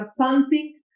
pumping